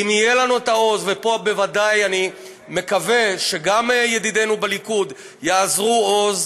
ופה בוודאי אני מקווה שגם ידידינו בליכוד יאזרו עוז,